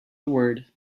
word